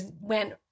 went